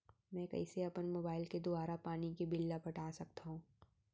मैं कइसे अपन मोबाइल के दुवारा पानी के बिल ल पटा सकथव?